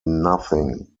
nothing